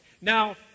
Now